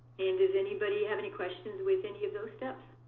and does anybody have any questions with any of those steps?